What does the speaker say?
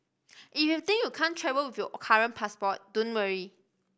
if you think you can't travel with your current passport don't worry